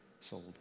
sold